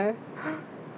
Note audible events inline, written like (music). (noise)